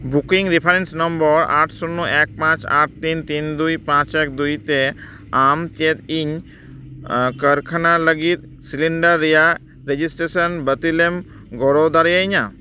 booking reference number ᱟᱴ ᱥᱩᱱᱱᱚ ᱮᱠ ᱯᱟᱸᱪ ᱟᱴ ᱛᱤᱱ ᱛᱤᱱ ᱫᱩᱭ ᱯᱟᱸᱪ ᱮᱠ ᱫᱩᱭ ᱛᱮ ᱟᱢ ᱪᱮᱫ ᱤᱧ ᱠᱟᱨᱠᱷᱟᱱᱟ ᱞᱟᱹᱜᱤᱫ ᱥᱤᱞᱤᱱᱰᱟᱨ ᱨᱮᱭᱟᱜ ᱨᱮᱡᱤᱥᱴᱨᱮᱥᱚᱱ ᱵᱟᱹᱛᱤᱞᱮᱢ ᱜᱚᱲᱚ ᱫᱟᱲᱮᱭᱟᱧᱟᱹ